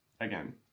again